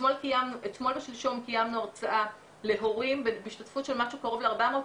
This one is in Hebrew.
אתמול ושלשום קיימנו הרצאה להורים בהשתתפות של קרוב לארבע מאות